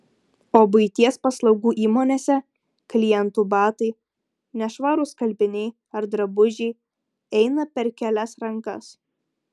o buities paslaugų įmonėse klientų batai nešvarūs skalbiniai ar drabužiai eina per kelias rankas